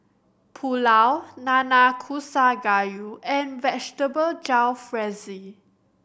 Pulao Nanakusa Gayu and Vegetable Jalfrezi